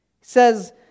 says